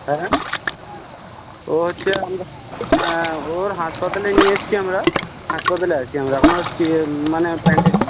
হ্যাঁ ও হচ্ছে ওর হাসপাতালে নিয়ে এসেছি আমরা হাসপাতালে আছি আমরা এখনও মানে ব্যান্ডেজ